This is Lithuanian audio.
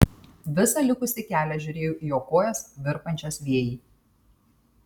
visą likusį kelią žiūrėjau į jo kojas virpančias vėjy